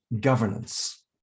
governance